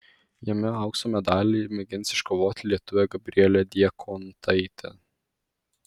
jame aukso medalį mėgins iškovoti lietuvė gabrielė diekontaitė